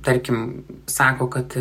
tarkim sako kad